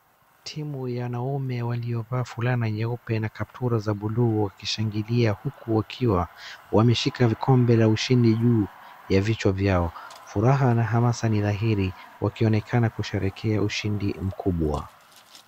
Timu ya wanaume waliovaa fulana nyeupe na kaptura za bluu wakishangilia huku wakiwa wameshika vikombe la ushindi juu ya vichwa vyao. Furaha na hamasa ni dhahili wakionekana kusherekea ushindi mkubwa.